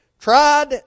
Tried